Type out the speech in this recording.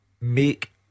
make